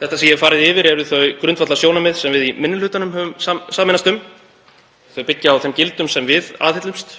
Það sem ég hef farið hér yfir eru þau grundvallarsjónarmið sem við í minni hlutanum höfum sameinast um. Þau byggja á þeim gildum sem við aðhyllumst.